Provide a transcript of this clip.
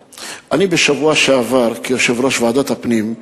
בשבוע שעבר אני ביקרתי כיושב-ראש ועדת הפנים,